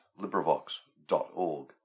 LibriVox.org